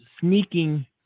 sneaking